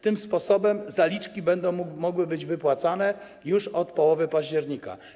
Tym sposobem zaliczki będą mogły być wypłacane już od połowy października.